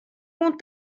bon